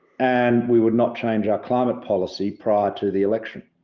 and we would not change our climate policy prior to the election.